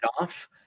off